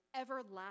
everlasting